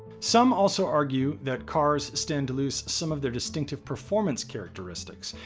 some also argue that cars stand to lose some of their distinctive performance characteristics.